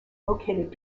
located